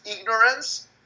ignorance